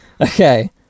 Okay